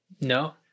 No